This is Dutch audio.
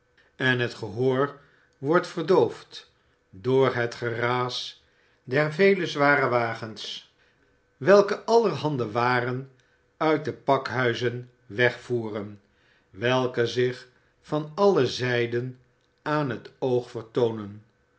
en het gehoor wordt verdoofd door het geraas der vele zware wagens welke allerhande waren uit de pakhuizen wegvoeren welke zich van alle zijden aan het oog